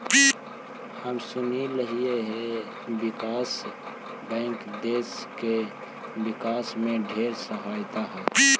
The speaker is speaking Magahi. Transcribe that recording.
हम सुनलिअई हे विकास बैंक देस के विकास में ढेर सहायक हई